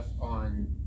on